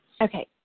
Okay